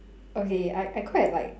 okay I I quite like